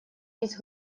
есть